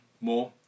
more